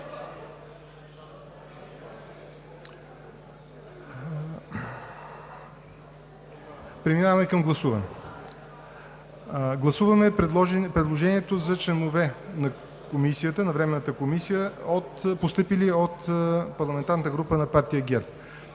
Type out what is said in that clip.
Преминаваме към гласуване. Гласуваме предложението за членове на Временната комисия, постъпили от парламентарната група на партия ГЕРБ,